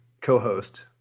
co-host